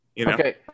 Okay